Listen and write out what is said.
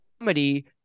comedy